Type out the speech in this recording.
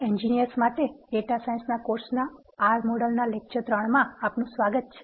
engineers માટે data સાયન્સના કોર્સના R મોડેલના વ્યાખ્યાન 2 માં આપનું સ્વાગત છે